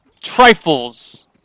Trifles